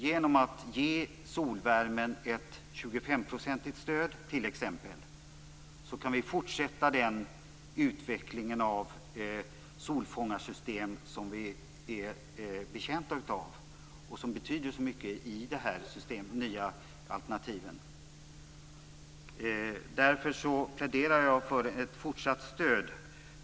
Genom att ge solvärmen t.ex. ett 25-procentigt stöd kan den utveckling av solfångarsystem som vi är betjänta av och som betyder så mycket för dessa nya alternativ fortsätta. Därför pläderar jag för ett fortsatt stöd.